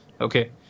Okay